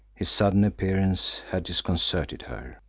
his sudden appearance had disconcerted her.